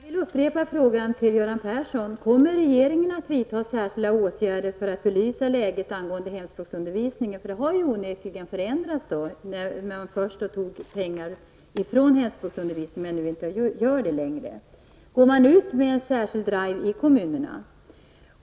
Herr talman! Jag vill upprepa min fråga till Göran Persson: Kommer regeringen att vidta särskilda åtgärder för att belysa läget angående hemspråksundervisningen? Denna har onekligen förändrats -- först tog man pengar från hemspråksundervisningen, men nu gör man det inte längre. Går man ut med en särskild drive i kommunerna?